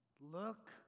Look